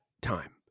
time